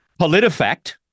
politifact